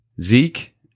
Zeke